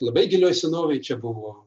labai gilioje senovėj čia buvo